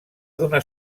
donar